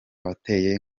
bateye